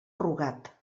rugat